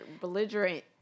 Belligerent